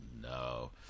no